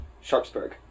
Sharpsburg